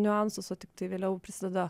niuansus o tiktai vėliau prisideda